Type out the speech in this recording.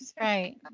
Right